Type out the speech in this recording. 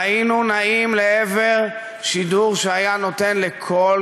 והיינו נעים לעבר שידור שהיה נותן לכל